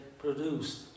produced